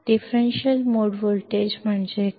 differential mode voltage ಎಂದರೇನು